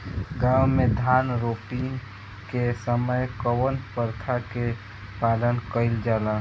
गाँव मे धान रोपनी के समय कउन प्रथा के पालन कइल जाला?